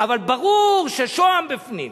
אבל ברור ששוהם בפנים.